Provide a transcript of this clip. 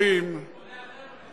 חולה אחר מחכה בבית.